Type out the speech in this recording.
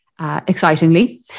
Excitingly